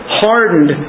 hardened